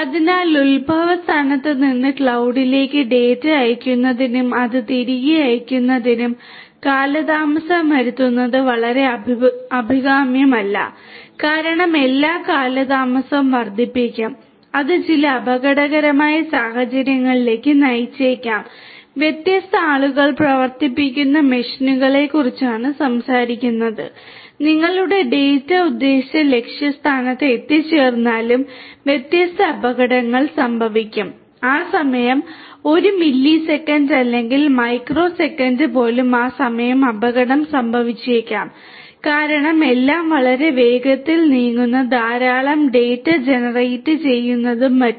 അതിനാൽ ഉത്ഭവസ്ഥാനത്ത് നിന്ന് ക്ലൌഡിലേക്ക് ഡാറ്റ അയയ്ക്കുന്നതിനും അത് തിരികെ അയയ്ക്കുന്നതിനും കാലതാമസം വരുത്തുന്നത് വളരെ അഭികാമ്യമല്ല കാരണം എല്ലാം കാലതാമസം വർദ്ധിപ്പിക്കും അത് ചില അപകടകരമായ സാഹചര്യങ്ങളിലേക്ക് നയിച്ചേക്കാം വ്യത്യസ്ത ആളുകൾ പ്രവർത്തിപ്പിക്കുന്ന മെഷീനുകളെക്കുറിച്ചാണ് സംസാരിക്കുന്നത് നിങ്ങളുടെ ഡാറ്റ ഉദ്ദേശിച്ച ലക്ഷ്യസ്ഥാനത്ത് എത്തിച്ചേർന്നാലും വ്യത്യസ്ത അപകടങ്ങൾ സംഭവിക്കും ആ സമയം ഒരു മില്ലി സെക്കന്റ് അല്ലെങ്കിൽ മൈക്രോ സെക്കന്റ് പോലും ആ സമയം അപകടം സംഭവിച്ചേക്കാം കാരണം എല്ലാം വളരെ വേഗത്തിൽ നീങ്ങുന്നു ധാരാളം ഡാറ്റ ജനറേറ്റ് ചെയ്യുന്നതും മറ്റും